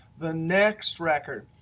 the next record.